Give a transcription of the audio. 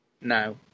No